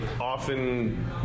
often